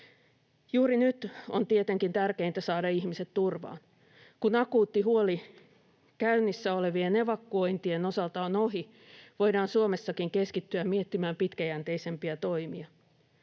Juuri nyt on tietenkin tärkeintä saada ihmiset turvaan. Kun akuutti huoli käynnissä olevien evakuoin-tien osalta on ohi, voidaan Suomessakin keskittyä miettimään pitkäjänteisempiä toimia.